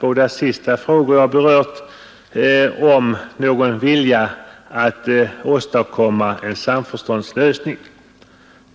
båda frågor jag senast här berört vittnar sannerligen inte om någon vilja att åstadkomma en samförståndslösning.